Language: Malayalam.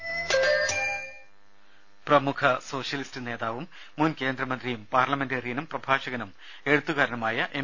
രദേ പ്രമുഖ സോഷ്യലിസ്റ്റ് നേതാവും മുൻ കേന്ദ്രമന്ത്രിയും പാർലമെന്റേറിയനും പ്രഭാഷകനും എഴുത്തുകാരനുമായ എം